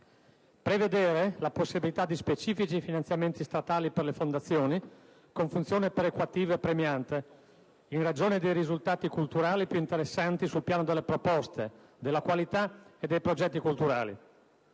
prevedere la possibilità di specifici finanziamenti statali per le fondazioni con funzione perequativa e premiante, in ragione dei risultati culturali più interessanti sul piano delle proposte, della qualità e dei progetti culturali;